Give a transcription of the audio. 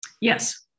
Yes